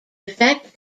effect